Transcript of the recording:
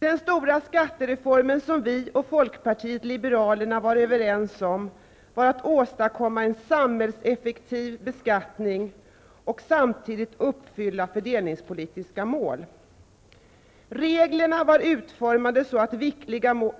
Den stora skattereformen som vi och Folkpartiet liberalerna var överens om skulle åstadkomma en samhällseffektiv beskattning och samtidigt uppfylla fördelningspolitiska mål. Reglerna var utformade så, att